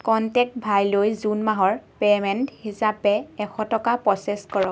contact ভাই লৈ জুন মাহৰ পে'মেণ্ট হিচাপে এশ টকা প্ৰ'চেছ কৰক